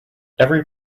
every